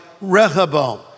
Rehoboam